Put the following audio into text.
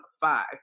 five